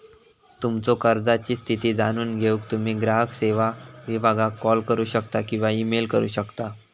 तुमच्यो कर्जाची स्थिती जाणून घेऊक तुम्ही ग्राहक सेवो विभागाक कॉल करू शकता किंवा ईमेल करू शकता